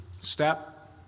Step